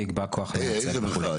איזה מחאה?